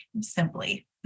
simply